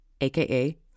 aka